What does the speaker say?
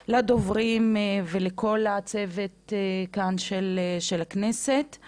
מטעם הלשכה, ולדוברים ולכל הצוות של הכנסת כאן.